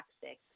toxic